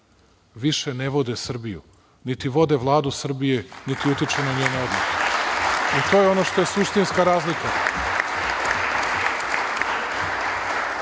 više ne vode Srbiju niti vode Vladu Srbije, niti utiču na njene odluke. To je ono što je suštinska razlika.